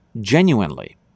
genuinely